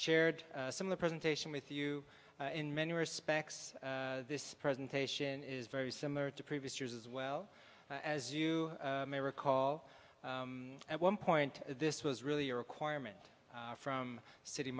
shared some of the presentation with you in many respects this presentation is very similar to previous years as well as you may recall at one point this was really a requirement from city